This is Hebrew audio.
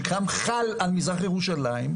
שגם חל על מזרח ירושלים,